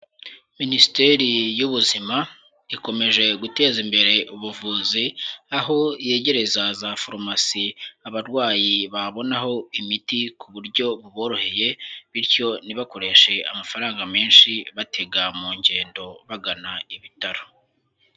Minisiteri y'Ubuzima ikomeje guteza imbere ubuvuzi, aho yegereza za forumasi abarwayi babonaho imiti ku buryo buboroheye bityo ntibakoreshe amafaranga menshi batega mu ngendo bagana ibitaro.